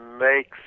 makes